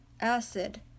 acid